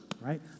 Right